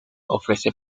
ofrece